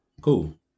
Cool